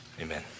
Amen